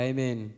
Amen